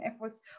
efforts